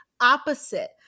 opposite